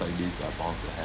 like these are bound to happen